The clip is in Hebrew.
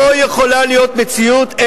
לא יכולה להיות מציאות,